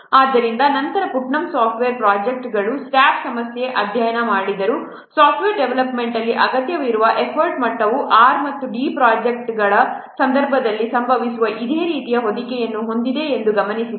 ಆದ್ದರಿಂದ ನಂತರ Putnam software ಪ್ರೊಜೆಕ್ಟ್ಗಳ ಸ್ಟಾಫ್ ಸಮಸ್ಯೆಯನ್ನು ಅಧ್ಯಯನ ಮಾಡಿದರು ಸಾಫ್ಟ್ವೇರ್ ಡೆವಲಪ್ಮೆಂಟ್ ಅಲ್ಲಿ ಅಗತ್ಯವಿರುವ ಎಫರ್ಟ್ ಮಟ್ಟವು R ಮತ್ತು D ಪ್ರೊಜೆಕ್ಟ್ಗಳ ಸಂದರ್ಭದಲ್ಲಿ ಸಂಭವಿಸುವ ಇದೇ ರೀತಿಯ ಹೊದಿಕೆಯನ್ನು ಹೊಂದಿದೆ ಎಂದು ಅವರು ಗಮನಿಸಿದರು